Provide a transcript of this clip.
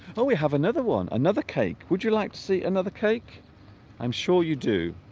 oh we have another one another cake would you like to see another cake i'm sure you do